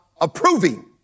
approving